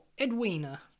Edwina